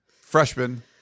freshman